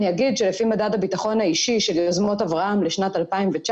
אני אגיד שלפי מדד הביטחון האישי של "יוזמות אברהם" לשנת 2019,